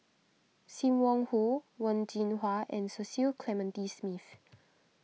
Sim Wong Hoo Wen Jinhua and Cecil Clementi Smith